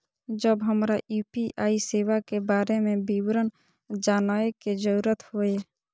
जब हमरा यू.पी.आई सेवा के बारे में विवरण जानय के जरुरत होय?